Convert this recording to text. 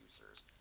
users